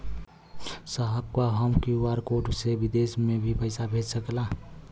साहब का हम क्यू.आर कोड से बिदेश में भी पैसा भेज सकेला?